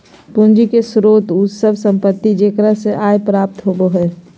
पूंजी के स्रोत उ सब संपत्ति जेकरा से आय प्राप्त होबो हइ